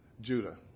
Judah